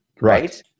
right